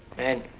and,